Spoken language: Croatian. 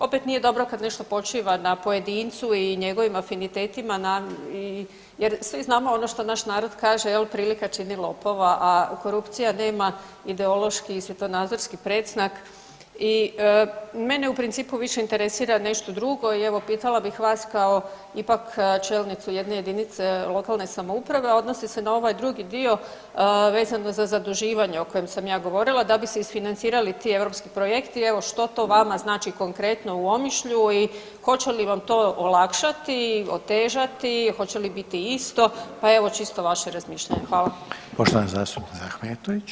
Opet nije dobro kad nešto počiva na pojedincu i njegovim afinitetima na, jer svi znamo ono što naš narod kaže, je li, prilika čini lopova, a korupcija nema ideološki i svjetonazorski predznak i mene u principu više interesi nešto drugo i evo, pitala bih vas kao ipak čelnicu jedne jedinice lokalne samouprave, a odnosi se na ovaj drugi dio vezano za zaduživanje o kojem sam ja govorila, da bi se isfinancirali ti EU projekti, evo, što to vama znači konkretno u Omišlju i hoće li vam to olakšati, otežati, hoće li biti isto, pa evo, čisto vaše razmišljanje.